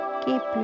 keep